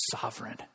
sovereign